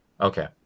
okay